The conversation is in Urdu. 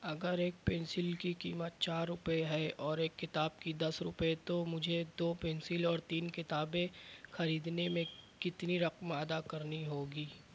اگر ایک پینسل کی قیمت چار روپے ہے اور ایک کتاب کی دس روپے تو مجھے دو پینسل اور تین کتابیں خریدنے میں کتنی رقم ادا کرنی ہوگی